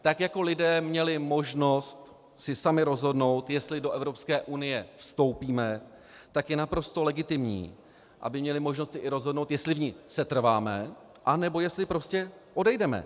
Tak jako lidé měli možnost si sami rozhodnout, jestli do Evropské unie vstoupíme, tak je naprosto legitimní, aby měli možnost si i rozhodnout, jestli v ní setrváme, anebo jestli prostě odejdeme.